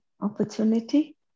opportunity